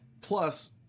Plus